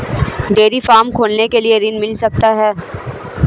Dairy farm खोलने के लिए ऋण मिल सकता है?